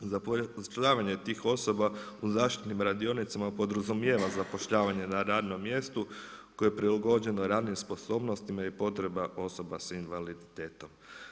Za zapošljavanje tih osoba u zaštitnim radionicama podrazumijeva zapošljavanje na radnom mjestu koje je prilagođeno radnim sposobnostima i potreba osoba s invaliditetom.